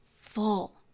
full